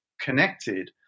connected